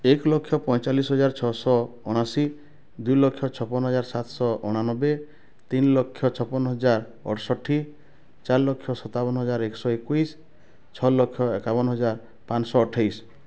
ଏକ ଲକ୍ଷ ପଇଁଚାଳିଶି ହଜାର ଛଅ ଶହ ଅଣାଅଶୀ ଦୁଇ ଲକ୍ଷ ଛପନ ହଜାର ସାତ ଶହ ଅଣାନବେ ତିନି ଲକ୍ଷ ଛପନ ହଜାର ଅଠଷଠି ଚାରି ଲକ୍ଷ ସତାବନ ହଜାର ଏକ ଶହ ଏକୋଇଶି ଛଅ ଲକ୍ଷ ଏକାବନ ହଜାର ପାଞ୍ଚ ଶହ ଅଠେଇଶି